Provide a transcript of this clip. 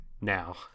now